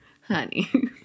honey